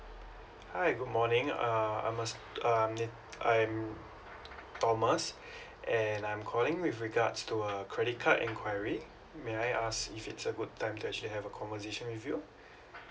hi good morning uh I'm a um need I'm thomas and I'm calling with regards to uh credit card enquiry may I ask if it's a good time to actually have a conversation with you